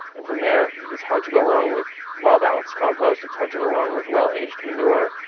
and from there it's hard to go wrong with well-balanced compost. it's hard to go wrong with well-aged manure.